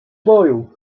boju